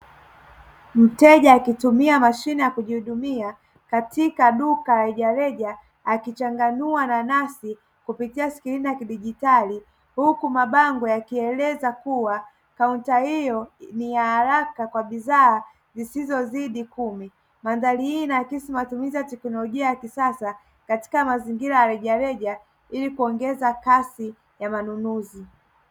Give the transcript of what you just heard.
Mteja akitumia mashine ya kujihudumia katika duka la rejareja akichanganua nanasi kupitia skrini ya kidigitali, huku mabango yakieleza kuwa kaunta hiyo ni ya haraka kwa bidhaa zisizozidi kumi, mandhari hii inaakisi matumizi ya teknolojia ya kisasa katika mazingira ya rejareja ili kuongeza kasi ya manunuzi.